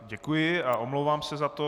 Děkuji a omlouvám se za to.